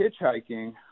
hitchhiking